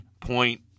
point